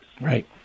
Right